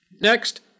next